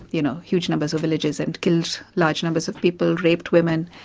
you know, huge numbers of villages and killed large numbers of people, raped women.